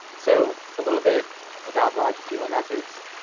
so a little bit about longitudinal methods,